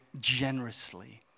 generously